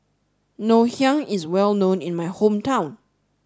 Ngoh Hiang is well known in my hometown